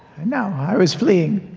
no, i was fleeing.